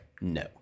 No